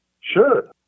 sure